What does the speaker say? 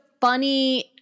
funny